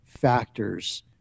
factors